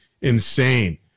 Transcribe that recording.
insane